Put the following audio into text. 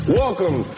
welcome